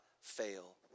fail